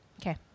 Okay